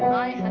i